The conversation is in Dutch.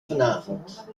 vanavond